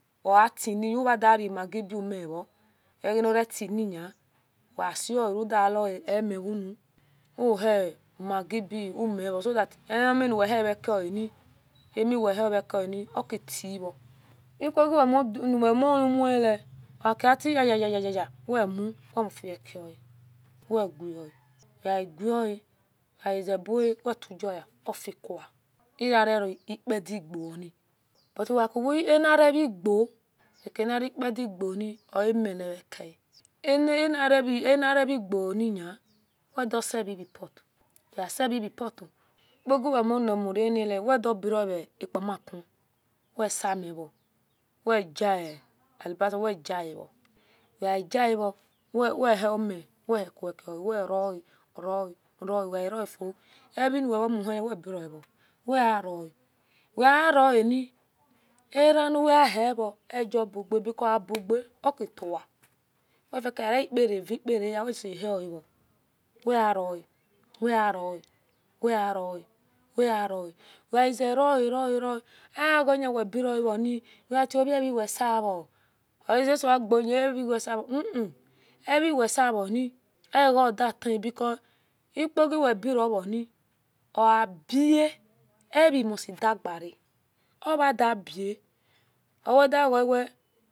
Otini umada remaggi beumuo egenre tina usaunwoa omeumu uhi-maggi beweh uo solkat enumi nwa veekoana ameuhiekue oketivo ipagi niwama umio okiata ye yeye yeye wemufika lroaepadigoni but ekiwa enarevaeo anayepadigenoamile veka anoyevegeni wedasevegi put eseveyi put pagi nuwemune wedobrei-epamaku wesemiro wejia alibase wejiehi wehu in wehuaeowakua weroe roe roe weirofiehven uwimomohi weberavo we aroe wearone eran nuwehiu egohuga because obuge okitwa oeparea va eprelhi wehoeo weroe weeroa weroe weroe weaize roe roe roe egnwebioavn werionvei wesave unun eviuwesaven eveogetwe because igogi uwebirevoni obaeve mosti digare ovdabe owaweda goewe